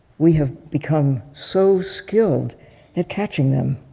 we have become so skilled at catching them.